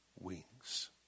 wings